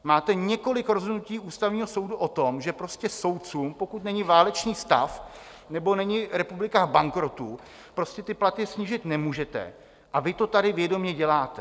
Máte několik rozhodnutí Ústavního soudu o tom, že prostě soudcům, pokud není válečný stav nebo není republika v bankrotu, prostě ty platy snížit nemůžete a vy to tady vědomě děláte.